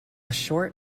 short